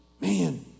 man